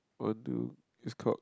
want to is called